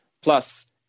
plus